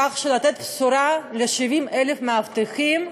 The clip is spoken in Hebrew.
כדי לתת בשורה ל-70,000 מאבטחים,